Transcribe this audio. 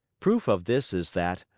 proof of this is that,